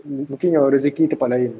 mungkin your rezeki tempat lain